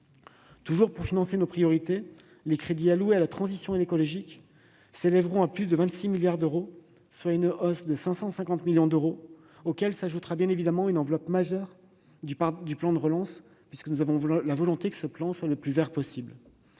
Toujours pour financer nos priorités, les crédits alloués à la transition écologique s'élèveront à plus de 26 milliards d'euros, soit une hausse de 550 millions d'euros, auxquels s'ajoutera une enveloppe majeure du plan de relance, puisque nous avons la volonté que celui-ci soit le plus vert possible.